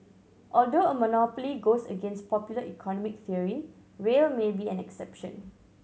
although a monopoly goes against popular economic theory rail may be an exception